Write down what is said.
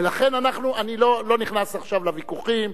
ולכן אני לא נכנס עכשיו לוויכוחים.